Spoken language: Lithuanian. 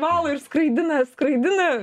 valo ir skraidina skraidina